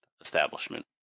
establishment